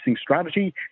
strategy